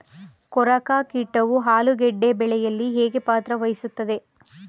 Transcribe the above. ಕೊರಕ ಕೀಟವು ಆಲೂಗೆಡ್ಡೆ ಬೆಳೆಯಲ್ಲಿ ಹೇಗೆ ಪಾತ್ರ ವಹಿಸುತ್ತವೆ?